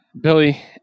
Billy